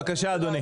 בבקשה, אדוני.